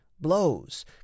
blows